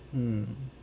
mm